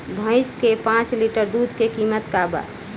भईस के पांच लीटर दुध के कीमत का बा?